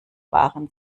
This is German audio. waren